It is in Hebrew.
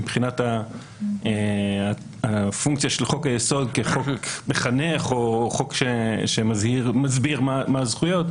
מבחינת הפונקציה של חוק היסוד כחוק מחנך או חוק שמסביר מה הזכויות,